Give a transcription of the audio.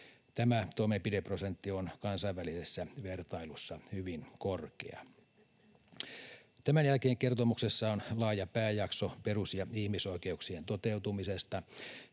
Tämä toimenpideprosentti on kansainvälisessä vertailussa hyvin korkea. Tämän jälkeen kertomuksessa on laaja pääjakso perus- ja ihmisoikeuksien toteutumisesta.